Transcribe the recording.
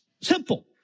Simple